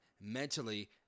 Mentally